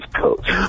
coach